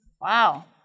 Wow